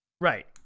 Right